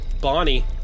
Bonnie